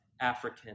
african